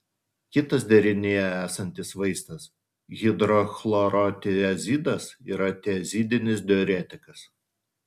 kitas derinyje esantis vaistas hidrochlorotiazidas yra tiazidinis diuretikas